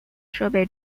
设备